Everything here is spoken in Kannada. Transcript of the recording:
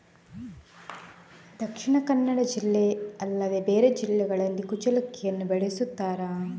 ದಕ್ಷಿಣ ಕನ್ನಡ ಜಿಲ್ಲೆ ಅಲ್ಲದೆ ಬೇರೆ ಜಿಲ್ಲೆಗಳಲ್ಲಿ ಕುಚ್ಚಲಕ್ಕಿಯನ್ನು ಬೆಳೆಸುತ್ತಾರಾ?